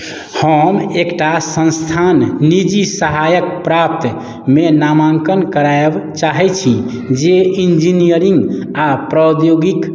हम एकटा संस्थान निजी सहायक प्राप्तमे नामाङ्कन कराबय चाहैत छी जे इंजीनियरिंग आ प्रौद्योगिक